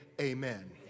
Amen